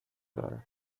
دارد